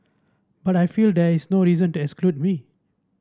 but I feel there is no reason to exclude we